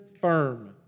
firm